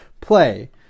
play